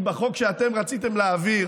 כי בחוק שאתם רציתם להעביר